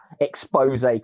expose